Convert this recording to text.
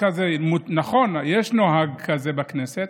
נכון, יש נוהג כזה בכנסת,